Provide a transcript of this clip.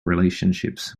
relationships